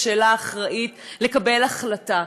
בשלה ואחראית לקבל החלטה?